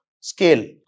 scale